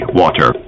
water